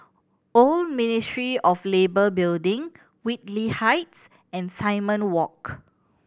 Old Ministry of Labour Building Whitley Heights and Simon Walk